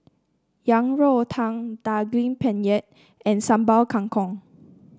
Yang Rou Tang Daging Penyet and Sambal Kangkong